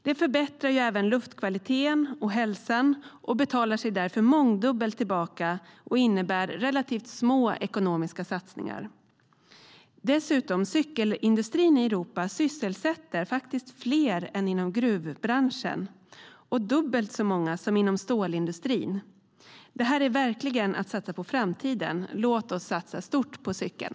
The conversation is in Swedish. Det förbättrar även luftkvaliteten och hälsan, betalar sig därför mångdubbelt tillbaka och innebär relativt små ekonomiska satsningar. Dessutom sysselsätter cykelindustrin i Europa faktiskt fler än gruvbranschen och dubbelt så många som stålindustrin. Detta är verkligen att satsa på framtiden. Låt oss satsa stort på cykeln!